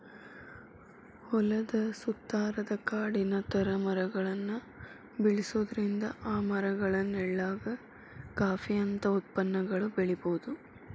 ಹೊಲದ ಸುತ್ತಾರಾದ ಕಾಡಿನ ತರ ಮರಗಳನ್ನ ಬೆಳ್ಸೋದ್ರಿಂದ ಆ ಮರಗಳ ನೆಳ್ಳಾಗ ಕಾಫಿ ಅಂತ ಉತ್ಪನ್ನಗಳನ್ನ ಬೆಳಿಬೊದು